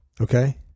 Okay